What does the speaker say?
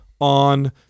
on